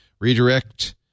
redirect